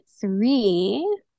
three